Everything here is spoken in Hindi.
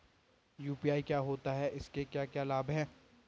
यु.पी.आई क्या होता है इसके क्या क्या लाभ हैं?